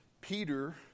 Peter